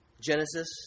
Genesis